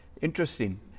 Interesting